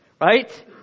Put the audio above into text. Right